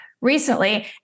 recently